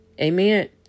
Amen